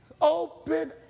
Open